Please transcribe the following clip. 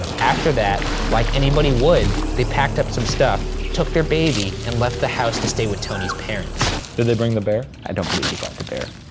and after that, like anybody would, they packed up some stuff, took their baby, and left the house to stay with tony's parents. did they bring the bear? i don't believe they brought the bear.